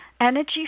energy